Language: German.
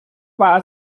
war